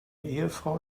ehefrau